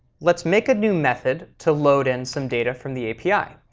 let's make a new method to load in some data from the api.